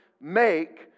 make